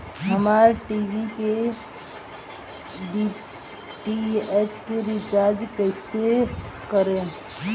हमार टी.वी के डी.टी.एच के रीचार्ज कईसे करेम?